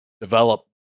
develop